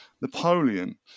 Napoleon